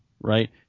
right